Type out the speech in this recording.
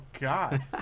God